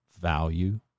Value